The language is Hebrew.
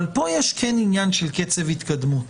אבל פה יש עניין של קצב התקדמות.